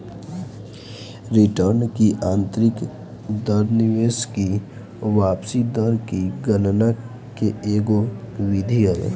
return की आतंरिक दर निवेश की वापसी दर की गणना के एगो विधि हवे